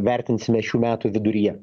vertinsime šių metų viduryje